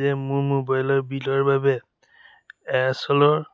যে মোৰ মোবাইলৰ বিলৰ বাবে এয়াৰচেলৰ